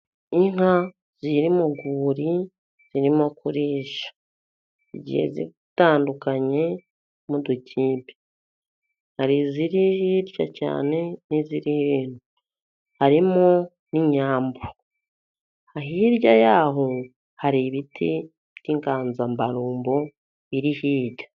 Inka ziri mu rwuri zirimo kurisha, zigiye zitandukanye mu dukipe, hari iziri hirya cyane n'iziri hino. harimo n'inyambo. Hirya y'aho hari ibiti by'inganzamarumbo biri hirya.